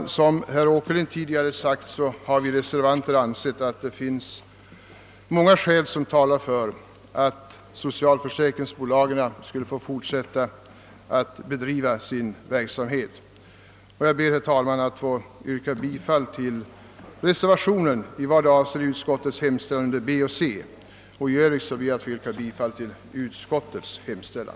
Såsom herr Åkerlind tidigare framhållit har vi reservanter ansett, att det finns många skäl som talar för att socialförsäkringsbolagen skulle få fortsätta att bedriva sin verksamhet. Jag ber att få yrka bifall till reservationen vid utskottets hemställan under B och C. I övrigt ber jag att få yrka bifall till utskottets hemställan.